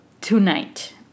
tonight